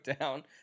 down